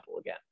again